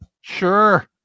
Sure